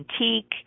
Antique